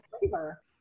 flavor